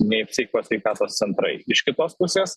nei psichikos sveikatos centrai iš kitos pusės